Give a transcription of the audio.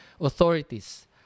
authorities